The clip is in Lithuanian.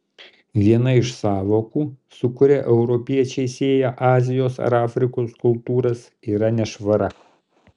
viena iš sąvokų su kuria europiečiai sieja azijos ar afrikos kultūras yra nešvara